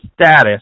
status